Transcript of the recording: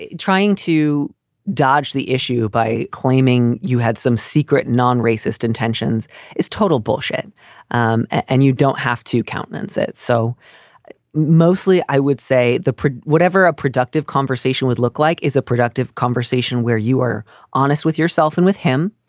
trying to dodge the issue by claiming you had some secret non-racist intentions is total bullshit um and you don't have to countenance it. so mostly i would say the whatever a productive conversation would look like is a productive conversation where you are honest with yourself and with him,